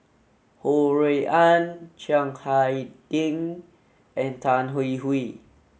Ho Rui An Chiang Hai Ding and Tan Hwee Hwee